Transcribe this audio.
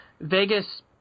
vegas